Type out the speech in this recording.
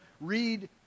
read